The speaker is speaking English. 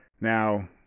now